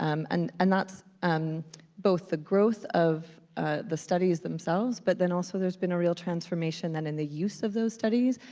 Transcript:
um and and that's um both the growth of the studies themselves, but then also there's been a real transformation then in the use of those studies.